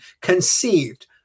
Conceived